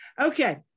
Okay